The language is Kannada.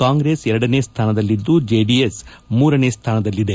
ಕಾಂಗ್ರೆಸ್ ಎರಡನೇ ಸ್ಥಾನದಲ್ಲಿದ್ದು ಜೆಡಿಎಸ್ ಮೂರನೇ ಸ್ಥಾನದಲ್ಲಿದೆ